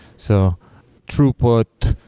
so throughput,